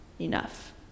enough